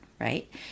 Right